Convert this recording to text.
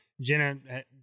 Jenna